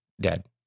dead